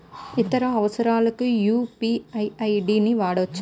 ఇతర అవసరాలకు UPI ID వాడవచ్చా?